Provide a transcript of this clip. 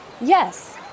Yes